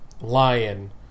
Lion